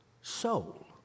soul